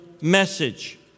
message